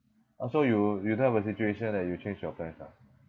oh so you you don't have a situation that you changed your plans ah